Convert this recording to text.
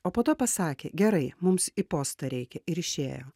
o po to pasakė gerai mums į postą reikia ir išėjo